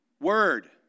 word